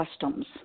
customs